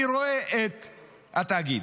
אני רואה את התאגיד,